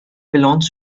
belongs